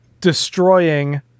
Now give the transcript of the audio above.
destroying